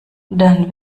dann